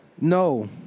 No